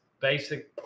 Basic